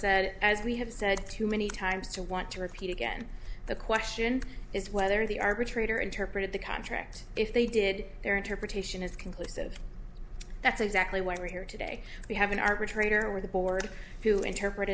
said as we have said too many times to want to repeat again the question is whether the arbitrator interpreted the contract if they did their interpretation is conclusive that's exactly why we're here today we have an arbitrator with the board who interpret